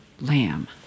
lamb